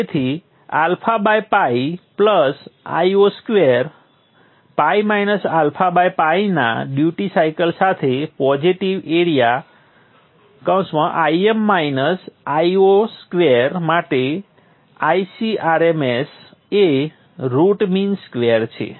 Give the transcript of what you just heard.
તેથી απ Io2 π -α π ના duty cycle સાથે પોઝિટિવ એરિઆ Im -Io2 માટે Icrms એ રૂટ મીન સ્ક્વેર છે